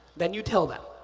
then you tell them.